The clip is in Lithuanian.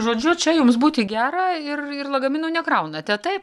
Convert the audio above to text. žodžiu čia jums būti gera ir ir lagaminų nekraunate taip